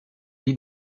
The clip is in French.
vit